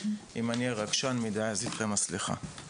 אם אני רגשן מידי אז אתכם הסליחה.